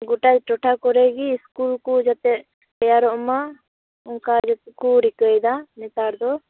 ᱜᱚᱴᱟ ᱴᱚᱴᱷᱟ ᱠᱚᱨᱮᱜᱮ ᱤᱥᱠᱩᱞ ᱠᱚ ᱡᱟᱛᱮ ᱛᱮᱭᱟᱨᱚᱜ ᱢᱟ ᱚᱱᱠᱟ ᱜᱮᱠᱚ ᱨᱤᱠᱟᱹᱭᱮᱫᱟ ᱱᱮᱛᱟᱨ ᱫᱚ